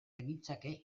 genitzake